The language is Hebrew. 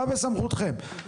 מה בסמכותכם?